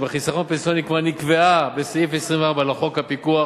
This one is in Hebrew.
ועל חיסכון פנסיוני כבר נקבעה בסעיף 24 לחוק הפיקוח